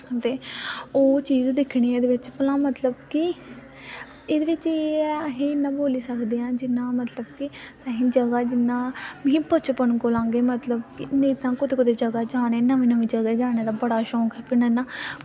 ते ओह् चीज दिक्खनी की भला एह्दे बिच एह् ऐ की एह्दे बिच अस निं बोली सकदे की असें ई जगह जि'यां असें ई बचपन कोला गै मतलब की कुदै जाने गी मतलब नमीं जगह जाने दा मता शौक ऐ अपना ना